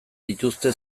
dituzte